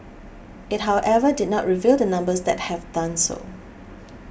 it however did not reveal the numbers that have done so